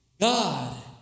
God